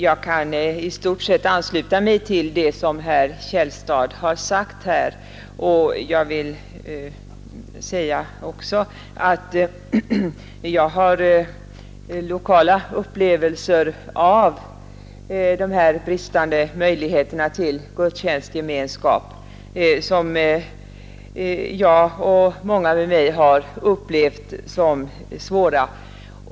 Jag kan i stort sett ansluta mig till vad herr Källstad har sagt. Jag har lokala erfarenheter av de bristande möjligheterna till gudstjänstgemenskap, som jag och många med mig har upplevt som svåra.